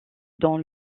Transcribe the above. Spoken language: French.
dans